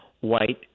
white